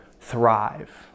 thrive